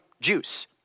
juice